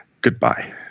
goodbye